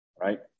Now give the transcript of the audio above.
right